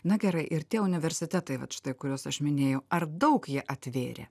na gerai ir tie universitetai vat štai kuriuos aš minėjau ar daug jie atvėrė